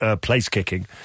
place-kicking